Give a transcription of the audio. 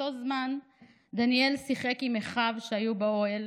באותו זמן דניאל שיחק עם אחיו, היו באוהל